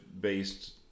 based